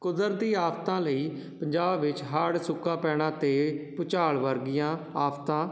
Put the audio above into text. ਕੁਦਰਤੀ ਆਫਤਾਂ ਲਈ ਪੰਜਾਬ ਵਿੱਚ ਹੜ੍ਹ ਸੋਕਾ ਪੈਣਾ ਅਤੇ ਭੂਚਾਲ ਵਰਗੀਆਂ ਆਫਤਾਂ